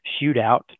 shootout